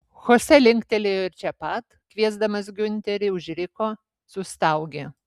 chose linktelėjo ir čia pat kviesdamas giunterį užriko sustaugė